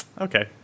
okay